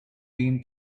been